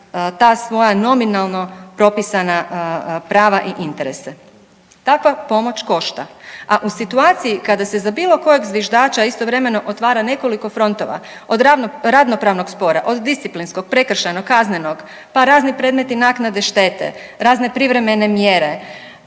ta svoja nominalno propisana prava i interese. Takva pomoć košta, a u situaciji kada se za bilo kojeg zviždača istovremeno otvara nekoliko frontova, od ravnopravnog spora, od disciplinskog, prekršajnog, kaznenog, pa razni predmeti naknade štete, razne privremene mjere,